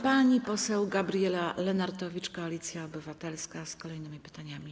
Pani poseł Gabriela Lenartowicz, Koalicja Obywatelska, z kolejnymi pytaniami.